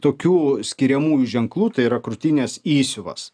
tokių skiriamųjų ženklų tai yra krūtinės įsiuvas